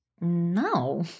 No